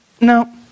no